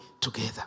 together